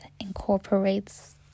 incorporates